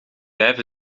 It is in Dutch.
vijf